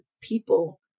people